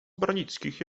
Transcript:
branickich